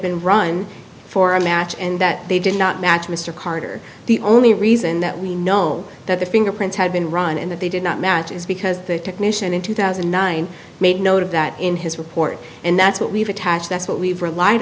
been run for a match and that they did not match mr carter the only reason that we know that the fingerprints had been run and that they did not match is because the technician in two thousand and nine made note of that in his report and that's what we've attached that's what we've relied